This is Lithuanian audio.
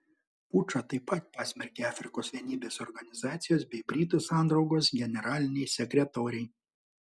pučą taip pat pasmerkė afrikos vienybės organizacijos bei britų sandraugos generaliniai sekretoriai